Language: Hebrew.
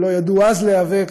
או לא ידעו אז להיאבק,